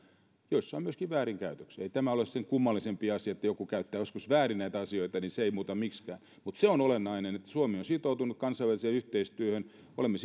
joissa on myöskin väärinkäytöksiä ei tämä ole sen kummallisempi asia ja se että joku käyttää joskus väärin näitä asioita ei muuta tätä miksikään mutta se on olennaista että suomi on sitoutunut kansainväliseen yhteistyöhön olemme